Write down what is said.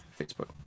facebook